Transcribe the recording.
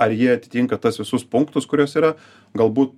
ar jie atitinka tas visus punktus kurios yra galbūt